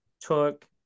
took